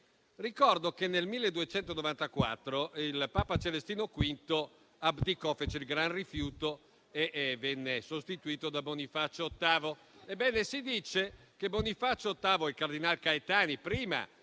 ricordo che nel 1294 il papa Celestino V fece il gran rifiuto, abdicò e venne sostituito da Bonifacio VIII. Ebbene, si dice che Bonifacio VIII, il cardinal Caetani, prima